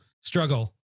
struggle